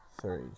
three